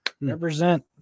represent